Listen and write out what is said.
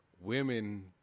Women